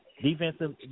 Defensive